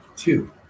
Two